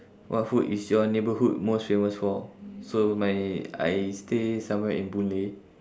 what food is your neighbourhood most famous for so my I stay somewhere in boon lay